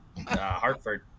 Hartford